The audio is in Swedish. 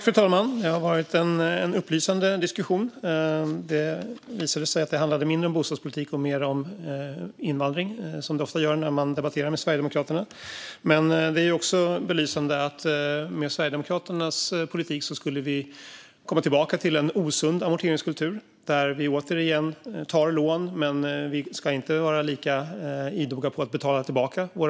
Fru talman! Det har varit en upplysande diskussion, som visade sig handla mindre om bostadspolitik och mer om invandring, som det ofta blir när man debatterar med Sverigedemokraterna. Men det har också belysts att vi med Sverigedemokraternas politik skulle komma tillbaka till en osund amorteringskultur där vi återigen tar lån men inte ska vara lika idoga med att betala tillbaka dem.